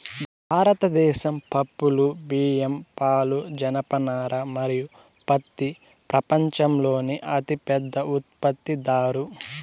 భారతదేశం పప్పులు, బియ్యం, పాలు, జనపనార మరియు పత్తి ప్రపంచంలోనే అతిపెద్ద ఉత్పత్తిదారు